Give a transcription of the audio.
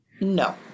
No